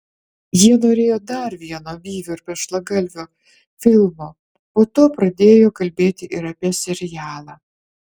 jie norėjo dar vieno byvio ir tešlagalvio filmo po to pradėjo kalbėti ir apie serialą